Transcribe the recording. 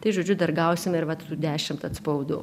tai žodžiu dar gausime ir vat tų dešimt atspaudų